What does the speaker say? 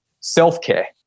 self-care